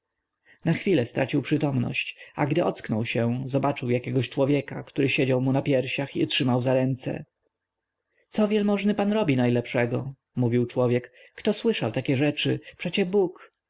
na chwilę stracił przytomność a gdy ocknął się zobaczył jakiegoś człowieka który siedział mu na piersiach i trzymał za ręce co wielmożny pan robi najlepszego mówił człowiek kto słyszał takie rzeczy przecie bóg